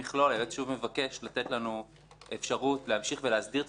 היועץ שוב מבקש לתת לנו אפשרות להמשיך ולהסדיר את הסוגיה.